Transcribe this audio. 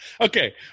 okay